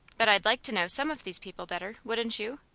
but i'd like to know some of these people better wouldn't you?